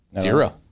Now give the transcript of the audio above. Zero